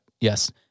yes